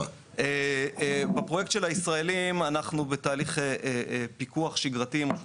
בפרויקט של הישראלים בתהליך פיקוח שגרתי עם רשות